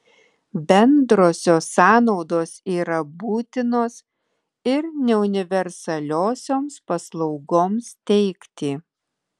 bendrosios sąnaudos yra būtinos ir neuniversaliosioms paslaugoms teikti